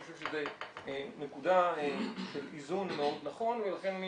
אני חושב שזו נקודה של איזון מאוד נכון ולכן אני